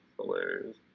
Hilarious